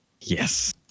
Yes